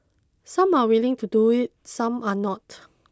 some are willing to do it some are not